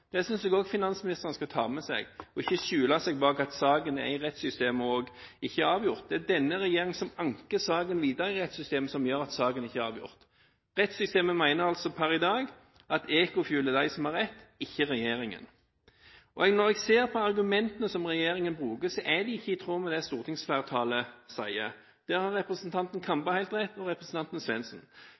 Det synes jeg også at finansministeren skal ta med seg, og ikke skjule seg bak at saken er i rettssystemet og ikke er avgjort. Det er det at regjeringen har anket saken videre i systemet som gjør at saken ikke er avgjort. Rettssystemet mener altså per i dag at EcoFuel er de som har rett – ikke regjeringen. Når jeg ser på argumentene som regjeringen bruker, er de ikke i tråd med det stortingsflertallet sier. Der har representantene Kambe og Svendsen helt rett. Representanten Rudihagen, som representerer Arbeiderpartiet og